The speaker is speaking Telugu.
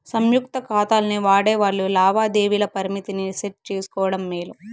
సంయుక్త కాతాల్ని వాడేవాల్లు లావాదేవీల పరిమితిని సెట్ చేసుకోవడం మేలు